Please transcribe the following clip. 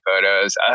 photos